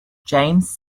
james